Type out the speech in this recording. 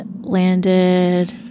landed